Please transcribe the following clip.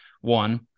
one